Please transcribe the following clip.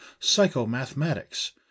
psychomathematics